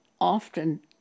often